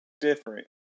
different